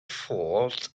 thought